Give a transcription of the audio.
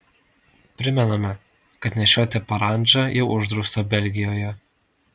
primename kad nešioti parandžą jau uždrausta belgijoje